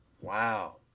Wow